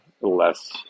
less